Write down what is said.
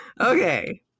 Okay